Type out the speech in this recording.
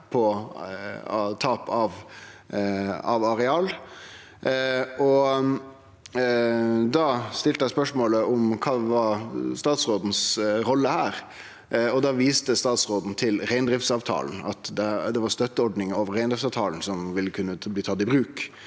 ved tap av areal, og da stilte eg spørsmål om kva som var statsråden si rolle her. Da viste statsråden til reindriftsavtalen, at det var støtteordningar over reindriftsavtalen som ville kunne bli tatt i bruk.